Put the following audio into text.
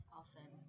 often